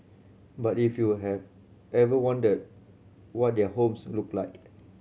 but if you have ever wondered what their homes look like